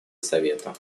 совета